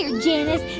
here, janice.